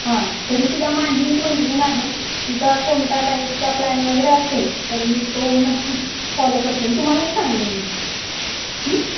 हां तरीसुदा माझी एक मैत्रीण आहे तिचा कोणता डाएटचा प्लॅन वगैरे असेल तर मी तो नक्कीच फॉलो करते आणि तुम्हालाही सांगेन मग